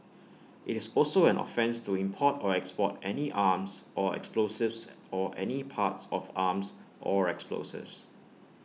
IT is also an offence to import or export any arms or explosives or any parts of arms or explosives